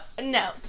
no